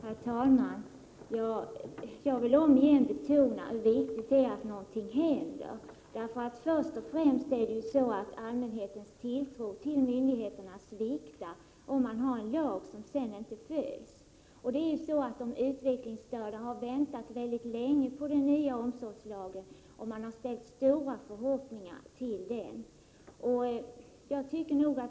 Herr talman! Jag vill återigen betona hur viktigt det är att någonting händer. Först och främst sviktar allmänhetens tilltro till myndigheterna om man har en lag som inte följs. De utvecklingsstörda har väntat mycket länge på den nya omsorgslagen, samtidigt som de har ställt stora förhoppningar till den.